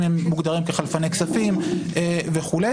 אם הם מוגדרים כחלפני כספים וכו'.